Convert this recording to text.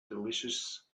delicious